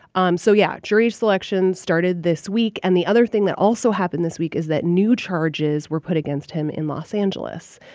um so yeah, jury selection started this week. and the other thing that also happened this week is that new charges were put against him in los angeles.